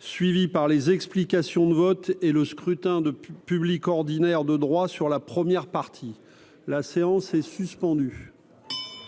suivie par les explications de vote et le scrutin de public ordinaire de droit sur la première partie, la séance est suspendue.